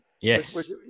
Yes